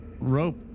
rope